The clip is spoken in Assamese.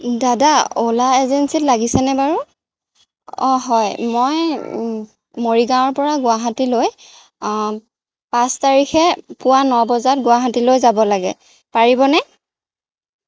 দাদা অলা এজেঞ্চিত লাগিছেনে বাৰু অঁ হয় মই মৰিগাঁৱৰ পৰা গুৱাহাটীলৈ পাঁচ তাৰিখে পুৱা ন বজাত গুৱাহাটীলৈ যাব লাগে পাৰিবনে